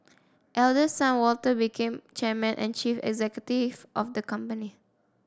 eldest son Walter became chairman and chief executive of the company